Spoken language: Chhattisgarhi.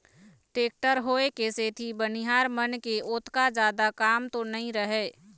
टेक्टर होय के सेती बनिहार मन के ओतका जादा काम तो नइ रहय